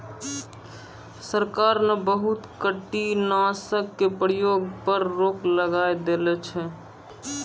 सरकार न बहुत कीटनाशक के प्रयोग पर रोक लगाय देने छै